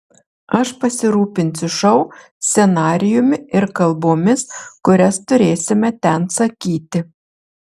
aš pasirūpinsiu šou scenarijumi ir kalbomis kurias turėsime ten sakyti